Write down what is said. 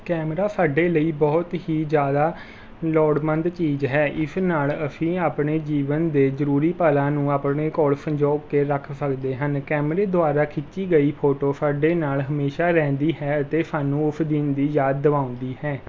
camera ਸਾਡੇ ਲਈ ਬਹੁਤ ਹੀ ਜ਼ਿਆਦਾ ਲੋੜਵੰਦ ਚੀਜ਼ ਹੈ ਇਸ ਨਾਲ ਅਸੀਂ ਆਪਣੇ ਜੀਵਨ ਦੇ ਜ਼ਰੂਰੀ ਪਲਾਂ ਨੂੰ ਆਪਣੇ ਕੋਲ ਸੰਜੋਅ ਕੇ ਰੱਖ ਸਕਦੇ ਹਨ ਕੈਮਰੇ ਦੁਆਰਾ ਖਿੱਚੀ ਗਈ ਫੋਟੋ ਸਾਡੇ ਨਾਲ ਹਮੇਸ਼ਾ ਰਹਿੰਦੀ ਹੈ ਅਤੇ ਸਾਨੂੰ ਉਸ ਦਿਨ ਦੀ ਯਾਦ ਦਿਵਾਉਂਦੀ ਹੈ